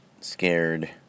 scared